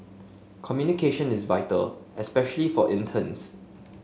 communication is vital especially for interns